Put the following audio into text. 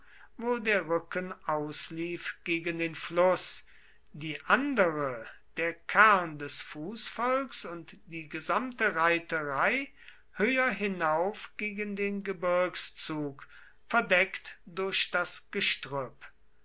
wo der rücken auslief gegen den fluß die andere der kern des fußvolks und die gesamte reiterei höher hinauf gegen den gebirgszug verdeckt durch das gestrüpp